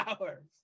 hours